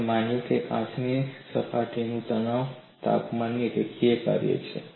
તેમણે માન્યું કે કાચનું સપાટીનું તણાવ તાપમાનનું રેખીય કાર્ય છે